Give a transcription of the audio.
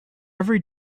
every